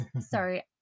Sorry